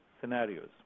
scenarios